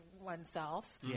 oneself